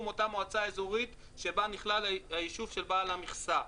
אותה מועצה אזורית שבה נכלל היישוב של בעל המכסה,